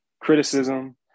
criticism